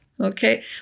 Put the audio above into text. Okay